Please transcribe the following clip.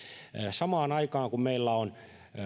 samaan aikaan kun meillä on